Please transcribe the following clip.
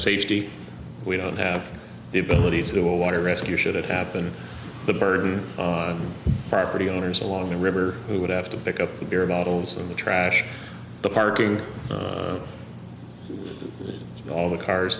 safety we don't have the ability to do a water rescue should it happen the burden by pretty owners along the river who would have to pick up the beer bottles and the trash the parking all the cars